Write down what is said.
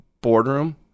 boardroom